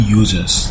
users